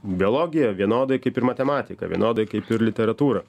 biologija vienodai kaip ir matematika vienodai kaip ir literatūra